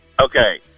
Okay